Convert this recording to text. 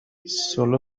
sólo